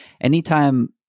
anytime